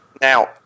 Now